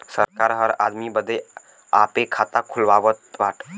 सरकार हर आदमी बदे आपे खाता खुलवावत बा